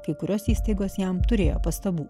kai kurios įstaigos jam turėjo pastabų